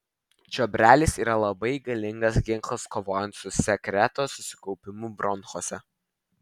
čiobrelis yra labai galingas ginklas kovojant su sekreto susikaupimu bronchuose